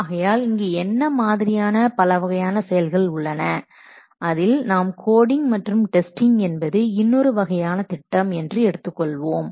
ஆகையால் இங்கு என்ன மாதிரியான பலவகை செயல்கள் உள்ளன அதில் நாம் கோடிங் மற்றும் டெஸ்டிங் என்பது இன்னொரு வகையான திட்டம் என்று எடுத்துக்கொள்வோம்